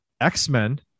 X-Men